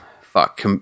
fuck